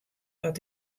oft